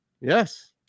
Yes